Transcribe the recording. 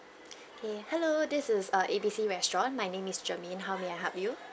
okay hello this is err a b c restaurant my name is jermaine how may I help you